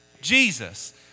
Jesus